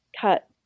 cut